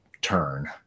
turn